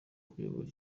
kuyobora